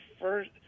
first